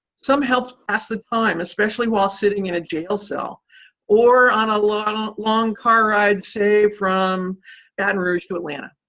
some helped pass the time, especially while sitting in a jail cell or on a long long car ride, say, from baton rouge to atlanta.